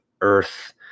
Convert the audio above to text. earth